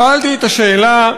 שאלתי את השאלה,